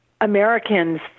Americans